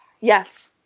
Yes